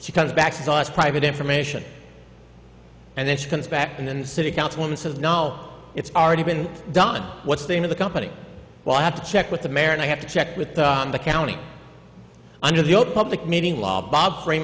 she comes back sauced private information and then she comes back in and city council and says no it's already been done what's the name of the company well i have to check with the mayor and i have to check with the county under the opec meeting law bob fr